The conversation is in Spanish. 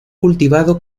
cultivado